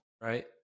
right